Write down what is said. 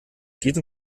diesem